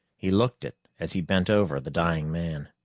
he looked it as he bent over the dying man.